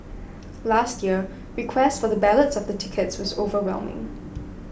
last year request for the ballots of the tickets was overwhelming